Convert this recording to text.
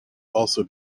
also